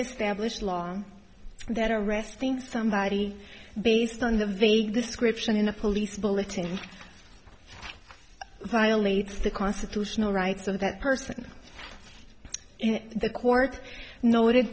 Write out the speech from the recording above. established law that arresting somebody based on the vague description in a police bulleting violates the constitutional rights of that person in the court noted